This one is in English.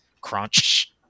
crunch